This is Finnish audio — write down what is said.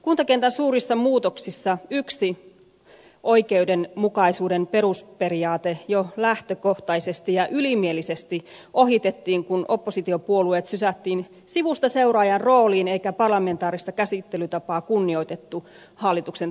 kuntakentän suurissa muutoksissa yksi oikeudenmukaisuuden perusperiaate jo lähtökohtaisesti ja ylimielisesti ohitettiin kun oppositiopuolueet sysättiin sivustaseuraajan rooliin eikä parlamentaarista käsittelytapaa kunnioitettu hallituksen taholta